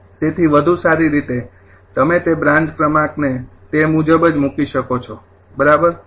તેથી વધુ સારી રીતે તમે તે બ્રાન્ચ ક્રમાંક ને તે મુજબ જ મૂકી શકો છો બરાબર